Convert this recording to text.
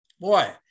boy